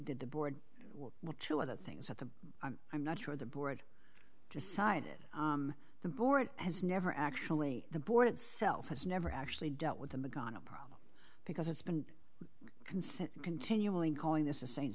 did the board which a lot of things at the time i'm not sure the board decided the board has never actually the board itself has never actually dealt with the madonna because it's been consistent continually calling this a saint